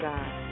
God